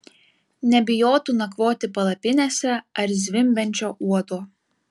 nebijotų nakvoti palapinėse ar zvimbiančio uodo